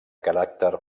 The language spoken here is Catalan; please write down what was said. caràcter